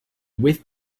with